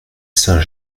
saint